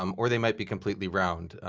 um or they might be completely round.